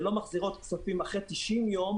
שלא מחזירות כספים אחרי 90 יום,